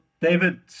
David